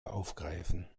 aufgreifen